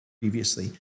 previously